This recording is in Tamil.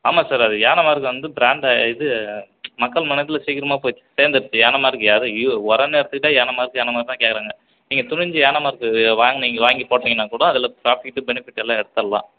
ஆமா சார் அது யானை மார்க் வந்து பிராண்டாக இது மக்கள் மனசில் சீக்கிரமாக போய்ட்டு சேர்ந்துருச்சு யானை மார்க் யாரும் உரம்னு எடுத்துக்கிட்டால் யானை மார்க் யானை மார்க்குன்தான் கேக்கிறாங்க நீங்கள் துணிஞ்சு யானை மார்க்கு வாங்குனிங்க வாங்கி போட்டிங்கன்னா கூட அதில் ப்ராஃபிட்டு பெனிஃபிட்டு எல்லாம் எடுத்துட்லாம்